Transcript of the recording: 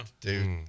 Dude